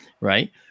Right